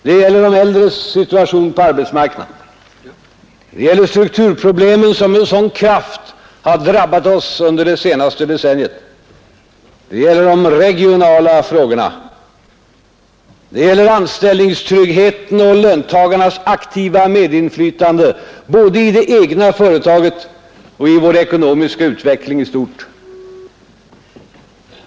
Det gäller de äldres situation på arbetsmarknaden, det gäller strukturproblemen som med en sådan kraft har drabbat oss under det senaste decenniet, det gäller de regionala frågorna, det gäller anställningstryggheten och löntagarnas aktiva medinflytande både i det egna företaget och på den ekonomiska utvecklingen i stort.